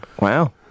Wow